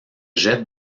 jette